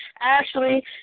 Ashley